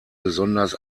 besonders